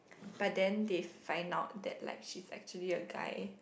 but then they find out that like he actually a guy